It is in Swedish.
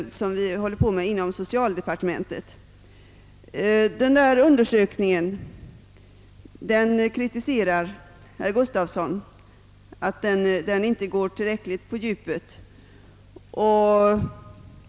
Herr Gustavsson i Alvesta kritiserar undersökningen därför att den enligt hans uppfattning inte tränger tillräckligt djupt.